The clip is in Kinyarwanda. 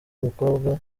umukobwa